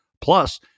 plus